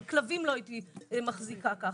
אבל כלבים לא הייתי מחזיקה ככה.